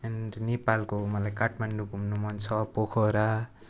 and नेपालको मलाई काठमाडौँ घुम्नु मन छ पोखरा